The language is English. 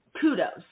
kudos